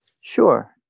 sure